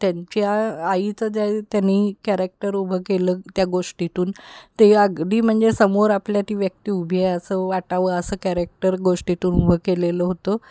त्यांच्या आईचं ज्यावेळी त्यानी कॅरेक्टर उभं केलं त्या गोष्टीतून ते अगदी म्हणजे समोर आपल्या ती व्यक्ती उभी आहे असं वाटावं असं कॅरेक्टर गोष्टीतून उभं केलेलं होतं